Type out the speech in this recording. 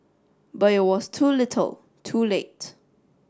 but it was too little too late